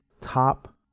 top